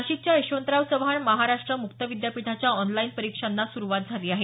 नाशिकच्या यशवंतराव चव्हाण महाराष्ट्र मुक्त विद्यापीठाच्या ऑनलाईन परीक्षांना सुरुवात झाली आहे